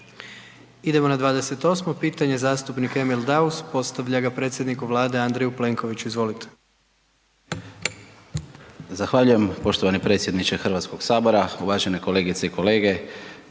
Idemo na 28-mo pitanje zastupnik Emil Daus postavlja ga predsjedniku Vlade Andreju Plenkoviću, izvolite. **Daus, Emil (IDS)** Zahvaljujem poštovani predsjedniče HS. Uvažene kolegice i kolege,